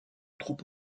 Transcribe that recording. trop